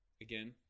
again